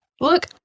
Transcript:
Look